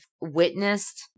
witnessed